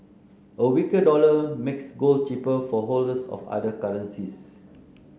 a weaker dollar makes gold cheaper for holders of other currencies